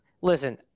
listen